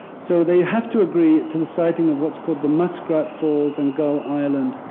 so they have to agree to the siting of what's called the muskrat falls and gull island